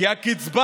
גועל נפש,